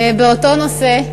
באותו נושא.